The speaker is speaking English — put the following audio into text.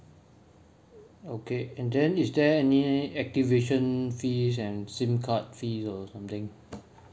okay and then is there any activation fees and SIM card fees or something